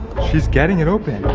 she's getting it open.